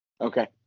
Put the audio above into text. Okay